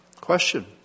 Question